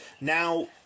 Now